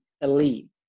elite